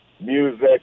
music